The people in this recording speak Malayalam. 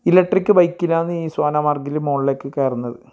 ഇലക്ട്രിക്ക് ബൈക്കിലാന്നീ സോനാ മർഗ്ഗിൽ മുകളിലേക്ക് കയറുന്നത്